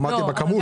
אמרתי בכמות.